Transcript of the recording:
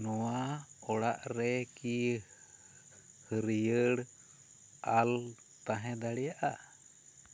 ᱱᱚᱶᱟ ᱚᱲᱟᱜ ᱨᱮᱠᱤ ᱦᱟᱹᱨᱭᱟᱹᱲ ᱟᱞ ᱛᱟᱦᱮᱸ ᱫᱟᱲᱮᱭᱟᱜᱼᱟ